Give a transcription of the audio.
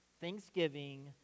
thanksgiving